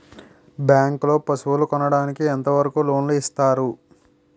Bank లో పశువుల కొనడానికి ఎంత వరకు లోన్ లు ఇస్తారు?